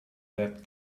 that